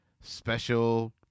special